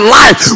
life